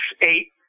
eight